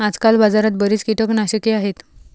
आजकाल बाजारात बरीच कीटकनाशके आहेत